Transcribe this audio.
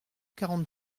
quarante